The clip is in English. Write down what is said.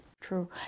True